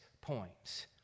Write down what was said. points